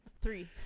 Three